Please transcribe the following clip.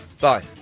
Bye